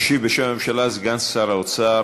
ישיב בשם הממשלה סגן שר האוצר